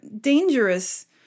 dangerous